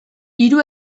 hiru